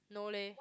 no leh